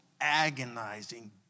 agonizing